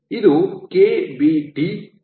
ಇದು KBTd ಬಾರಿ ln